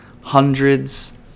hundreds